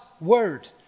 word